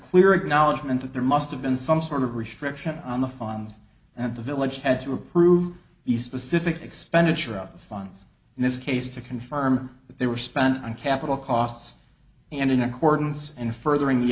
clear acknowledgement that there must have been some sort of restriction on the funds and the village had to approve the specific expenditure of the funds in this case to confirm that they were spent on capital costs and in accordance and furthering the